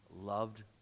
loved